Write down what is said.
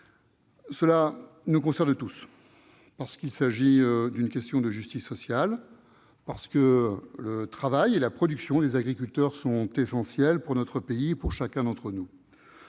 ; tout d'abord, parce qu'il s'agit d'une question de justice sociale ; ensuite, parce que le travail et la production des agriculteurs sont essentiels pour notre pays et pour chacun d'entre nous